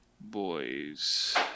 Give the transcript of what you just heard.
boys